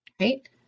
right